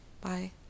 bye